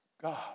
God